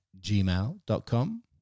gmail.com